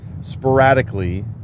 sporadically